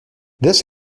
this